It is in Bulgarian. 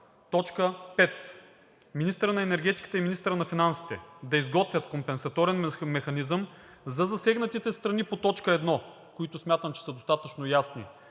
т. 5: „Министърът на енергетиката и министърът на финансите да изготвят компенсаторен механизъм за засегнатите страни по т. 1…“ – които смятам, че са достатъчно ясни,